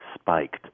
spiked